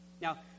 Now